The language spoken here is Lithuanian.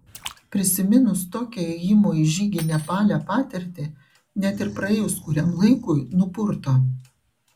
prisiminus tokią ėjimo į žygį nepale patirtį net ir praėjus kuriam laikui nupurto